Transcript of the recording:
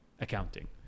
accounting